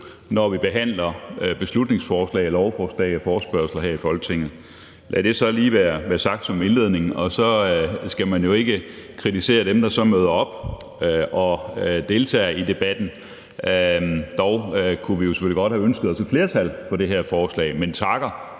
når vi behandler beslutningsforslag, lovforslag og forespørgsler her i Folketinget. Lad det så lige være sagt som indledning. Og så skal man jo ikke kritisere dem, der så møder op og deltager i debatten. Dog kunne vi selvfølgelig godt have ønsket os et flertal for det her forslag. Men vi takker